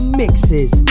mixes